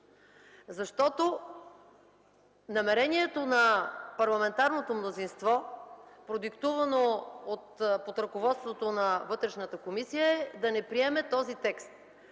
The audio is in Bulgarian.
Защото намерението на парламентарното мнозинство, продиктувано под ръководството на Вътрешната комисия, е да не приеме този текст.